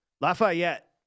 Lafayette